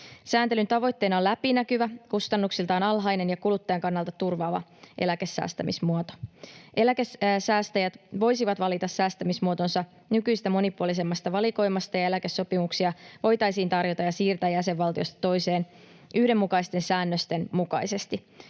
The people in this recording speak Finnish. Sääntelyn tavoitteena on läpinäkyvä, kustannuksiltaan alhainen ja kuluttajan kannalta turvaava eläkesäästämismuoto. Eläkesäästäjät voisivat valita säästämismuotonsa nykyistä monipuolisemmasta valikoimasta, ja eläkesopimuksia voitaisiin tarjota ja siirtää jäsenvaltiosta toiseen yhdenmukaisten säännösten mukaisesti.